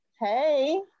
Hey